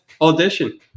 audition